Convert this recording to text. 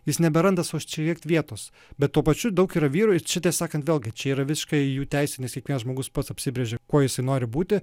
jis neberanda sau čia likt vietos bet tuo pačiu daug yra vyrų ir čia tiesą sakant vėlgi čia yra visiškai jų teisė nes kiekvienas žmogus pats apsibrėžia kuo jisai nori būti